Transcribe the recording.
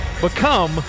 Become